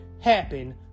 happen